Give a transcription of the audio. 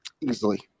easily